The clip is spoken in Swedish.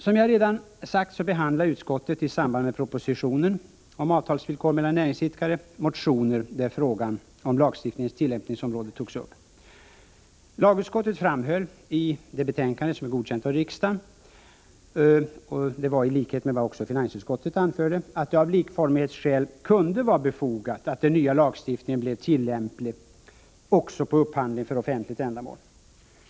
Som jag redan sagt, behandlade utskottet i samband med propositionen om avtalsvillkor mellan näringsidkare motioner där frågan om lagstiftningens tillämpningsområde togs upp. I sitt av riksdagen godkända betänkande framhöll lagutskottet, i likhet med vad också finansutskottet anfört, att det av likformighetsskäl kunde vara befogat att den nya lagstiftningen blev tillämplig också på upphandling för offentligt ändamål.